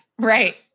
right